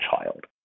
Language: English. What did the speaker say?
child